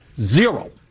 Zero